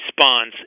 response